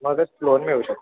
मगच लोन मिळू शकते